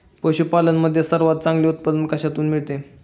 पशूपालन मध्ये सर्वात चांगले उत्पादन कशातून मिळते?